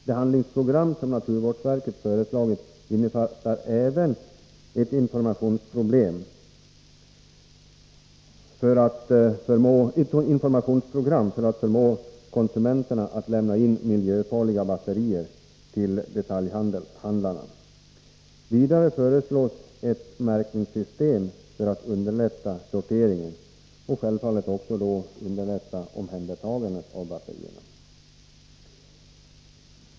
Det handlingsprogram som naturvårdsverket föreslagit innefattar även ett informationsprogram för att förmå konsumenterna att lämna in miljöfarliga batterier till detaljhandlarna. Vidare föreslås ett märkningssystem för att underlätta sorteringen och självfallet också omhändertagandet av batterierna.